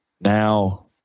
Now